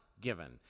given